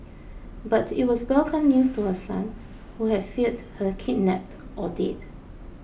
but it was welcome news to her son who had feared her kidnapped or dead